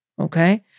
okay